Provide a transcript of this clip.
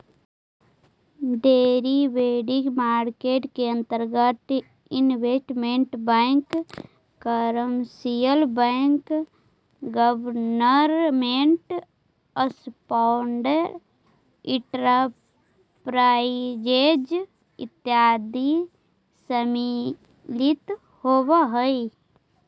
derivative market के अंतर्गत investment bank commercial bank government sponsored enterprises इत्यादि सम्मिलित होवऽ हइ